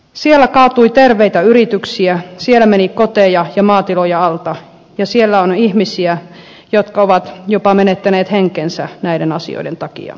siellä kaatui terveitä yrityksiä siellä meni koteja ja maatiloja alta ja siellä on ihmisiä jotka ovat jopa menettäneet henkensä näiden asioiden takia